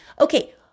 Okay